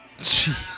Jeez